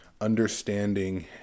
understanding